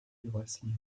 vasling